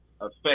affect